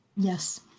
Yes